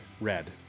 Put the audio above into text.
Red